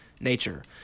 nature